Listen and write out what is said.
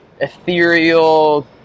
ethereal